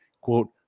quote